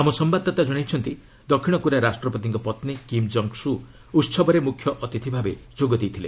ଆମ ସମ୍ଭାଦଦାତା ଜଣାଇଛନ୍ତି ଦକ୍ଷିଣ କୋରିଆ ରାଷ୍ଟ୍ରପତିଙ୍କ ପତ୍ନୀ କିମ୍ ଜଙ୍ଗ୍ ସୁ' ଉହବରେ ମ୍ରଖ୍ୟ ଅତିଥି ଭାବରେ ଯୋଗ ଦେଇଥିଲେ